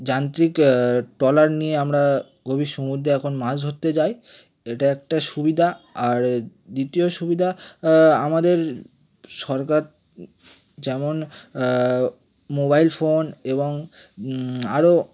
যান্ত্রিক ট্রলার নিয়ে আমরা গভীর সমুদ্রে এখন মাছ ধরতে যাই এটা একটা সুবিধা আর এর দ্বিতীয় সুবিধা আমাদের সরকার যেমন মোবাইল ফোন এবং আরো